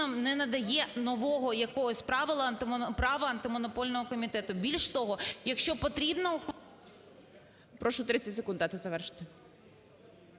не надає нового якогось права Антимонопольного комітету. Більш того, якщо потрібно… ГОЛОВУЮЧИЙ. Прошу 30 секунд дати завершити.